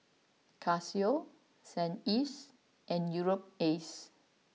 Casio San Ives and Europace